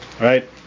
right